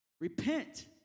Repent